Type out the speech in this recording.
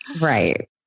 Right